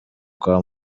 kwa